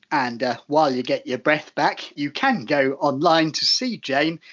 and while you get your breath back you can go online to see jane,